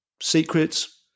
secrets